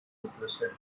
requested